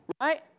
Right